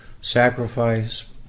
sacrifice